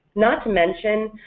not to mention,